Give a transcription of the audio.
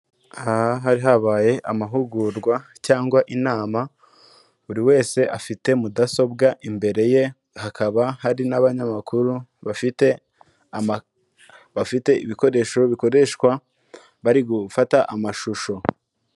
Aha hari habaye amahugurwa cyangwa inama, buri wese afite mudasobwa imbere ye, hakaba hari n'abanyamakuru, bafite ibikoresho bikoreshwa bari gufata amashusho.